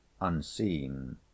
unseen